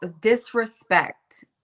disrespect